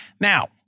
Now